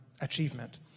achievement